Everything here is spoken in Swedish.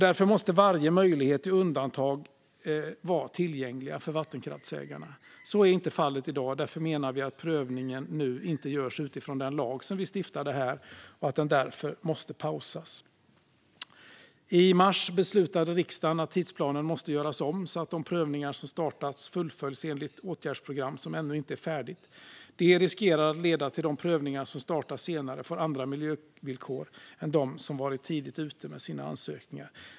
Därför måste varje möjlighet till undantag vara tillgänglig för vattenkraftsägarna. Så är inte fallet i dag. Därför menar vi att prövningen inte görs utifrån den lag som vi stiftade här och att den därför måste pausas. I mars beslutade riksdagen att tidsplanen måste göras om så att de prövningar som startats fullföljs enligt det åtgärdsprogram som ännu inte är färdigt. Det riskerar att leda till att de prövningar som startar senare får andra miljövillkor än de där man varit tidigt ute med sina ansökningar.